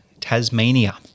Tasmania